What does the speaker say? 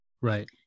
Right